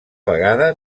vegada